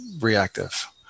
reactive